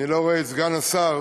אני לא רואה את סגן השר,